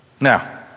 Now